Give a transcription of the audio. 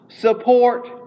support